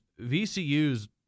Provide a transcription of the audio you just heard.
VCU's